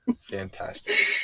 fantastic